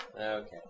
Okay